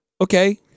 Okay